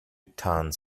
temps